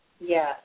Yes